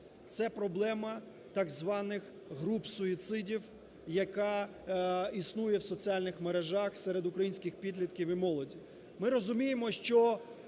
Це проблема так званих "груп суїцидів", яка існує в соціальних мережах серед українських підлітків і молоді.